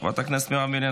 חברת הכנסת מרב מיכאלי,